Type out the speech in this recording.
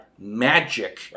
Magic